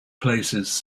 places